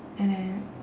and then